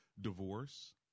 divorce